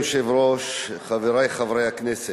אדוני היושב-ראש, חברי חברי הכנסת,